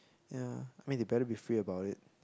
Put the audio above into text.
ya I mean they better be free about it